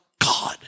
God